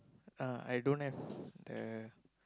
uh I don't have the